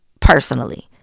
personally